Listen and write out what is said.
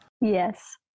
Yes